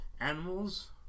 animals